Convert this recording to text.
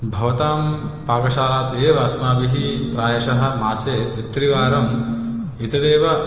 भवतां पाकशालात् एव अस्माभिः प्रायशः मासे द्वित्रि वारं एतदेव